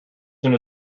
soon